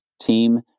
team